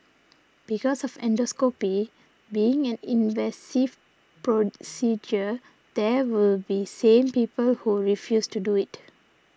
because of endoscopy being an invasive procedure there will be same people who refuse to do it